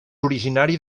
originari